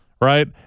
Right